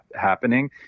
happening